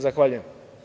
Zahvaljujem.